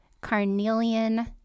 carnelian